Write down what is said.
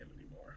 anymore